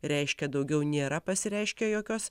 reiškia daugiau nėra pasireiškę jokios